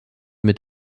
mit